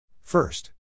First